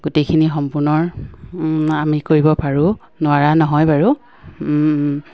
গোটেইখিনি সম্পূৰ্ণ আমি কৰিব পাৰোঁ নোৱাৰা নহয় বাৰু